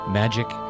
magic